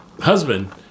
husband